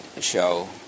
show